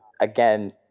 again